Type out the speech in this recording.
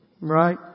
Right